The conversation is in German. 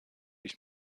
ich